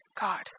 God